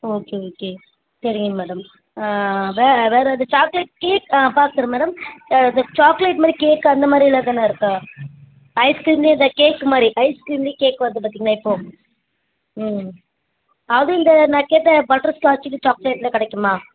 okay okay சரிங்க madam வே வேறு இது சாக்லேட் கேக் ஆ பார்க்குறேன் மேடம் ஆ இந்த சாக்லேட் மாதிரி கேக் அந்த மாதிரில எதுனா இருக்கா ஐஸ் கிரீம்லேயே எதாது கேக்கு மாரி ஐஸ்கிரீம்லயே கேக் வருது பார்த்தீங்களா இப்போது ம் அது இந்த நான் கேட்ட பட்டர்ஸ்காட்ச் சாக்லேட்டில் கிடைக்குமா